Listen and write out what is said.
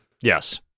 Yes